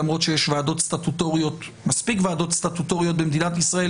למרות שיש מספיק ועדות סטטוטוריות במדינת ישראל